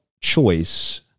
choice